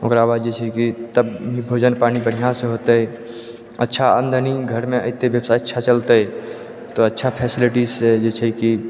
ओकरा बाद जे छै कि तब भोजन पानी बढ़िऑं सऽ होतै अच्छा आमदनी घर मे एतै व्यवसाय बढ़िऑं चलतै तऽ अच्छा फैसिलिटी से जे छै कि